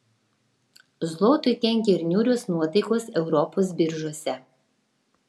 zlotui kenkia ir niūrios nuotaikos europos biržose